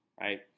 right